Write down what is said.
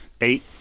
eight